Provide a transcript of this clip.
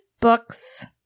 books